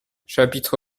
chapitre